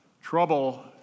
trouble